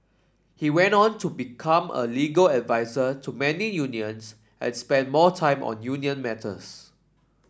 he went on to become a legal advisor to many unions and spent more time on union matters